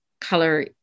color